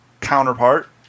counterpart